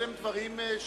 אלה הם דברים שהוועדה,